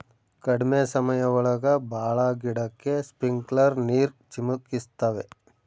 ಕಡ್ಮೆ ಸಮಯ ಒಳಗ ಭಾಳ ಗಿಡಕ್ಕೆ ಸ್ಪ್ರಿಂಕ್ಲರ್ ನೀರ್ ಚಿಮುಕಿಸ್ತವೆ